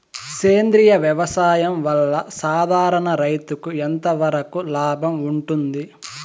సేంద్రియ వ్యవసాయం వల్ల, సాధారణ రైతుకు ఎంతవరకు లాభంగా ఉంటుంది?